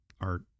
art